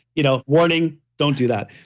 you know warning, don't do that.